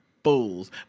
Fools